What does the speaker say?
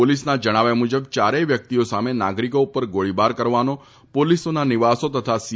પોલીસના જણાવ્યા મુજબ ચારેય વ્યક્તિઓ સામે નાગરીકો ઉપર ગોળીબાર કરવાનો પોલીસોના નિવાસો અને સી